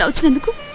ah chinna go?